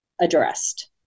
addressed